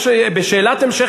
בשאלת המשך,